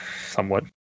somewhat